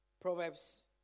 Proverbs